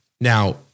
Now